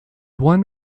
one